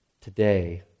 today